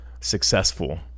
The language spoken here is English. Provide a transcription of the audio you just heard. successful